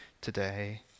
today